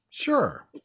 Sure